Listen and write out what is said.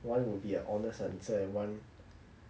one would be a honest answer and one